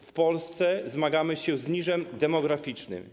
W Polsce zmagamy się z niżem demograficznym.